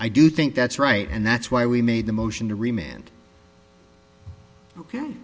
i do think that's right and that's why we made the motion to